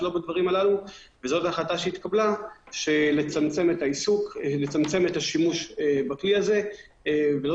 ההחלטה שהתקבלה היא לצמצם את השימוש בכלי הזה ולא